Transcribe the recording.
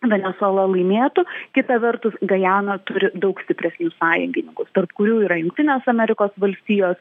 venesuela laimėtų kita vertus gajana turi daug stipresnius sąjungininkus tarp kurių yra jungtinės amerikos valstijos